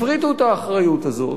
הפריטו את האחריות הזאת,